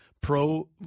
pro